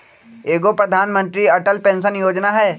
एगो प्रधानमंत्री अटल पेंसन योजना है?